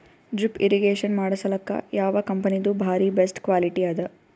Drip irrigation ಮಾಡಸಲಕ್ಕ ಯಾವ ಕಂಪನಿದು ಬಾರಿ ಬೆಸ್ಟ್ ಕ್ವಾಲಿಟಿ ಅದ?